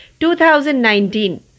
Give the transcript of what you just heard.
2019